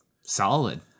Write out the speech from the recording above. solid